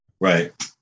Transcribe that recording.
right